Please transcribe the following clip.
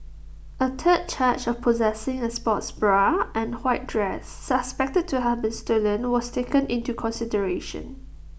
A third charge of possessing A sports bra and white dress suspected to have been stolen was taken into consideration